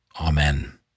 Amen